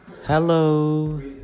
Hello